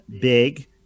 big